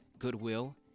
Goodwill